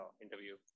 interview